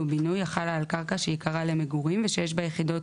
ובינוי החלה על קרקע שעיקרה למגורים ושיש בה יחידות